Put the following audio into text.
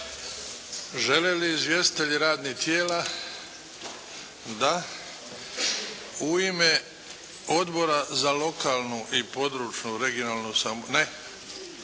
Žele li izvjestitelji radnih tijela? Da. U ime Odbora za lokalnu i područnu, regionalnu. Ne?